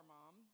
Mom